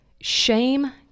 shame